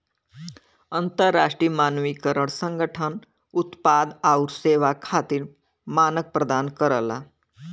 अंतरराष्ट्रीय मानकीकरण संगठन उत्पाद आउर सेवा खातिर मानक प्रदान करला